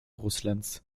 russlands